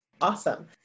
Awesome